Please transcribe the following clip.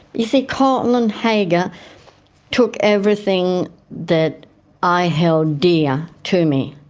you see, colin haggar took everything that i held dear to me.